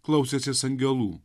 klausęsis angelų